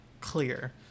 clear